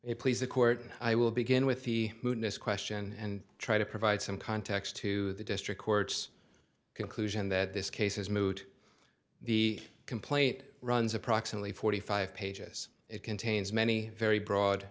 it please the court and i will begin with the mootness question and try to provide some context to the district court's conclusion that this case is moot the complaint runs approximately forty five pages it contains many very broad